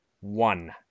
one